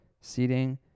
Seating